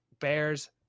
bears